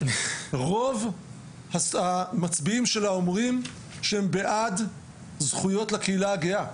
רוב המצביעים שלה אומרים שהם בעד זכויות לקהילה הגאה.